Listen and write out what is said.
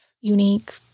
unique